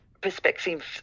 perspective